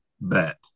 bet